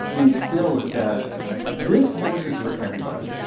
instill is that this course is for everybody.